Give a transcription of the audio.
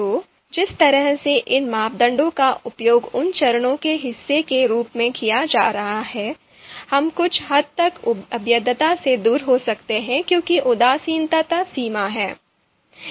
तो जिस तरह से इन मापदंडों का उपयोग उन चरणों के हिस्से के रूप में किया जा रहा है हम कुछ हद तक अभेद्यता से दूर हो सकते हैं क्योंकि उदासीनता सीमा है